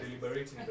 deliberating